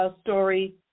story